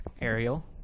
Ariel